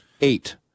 Eight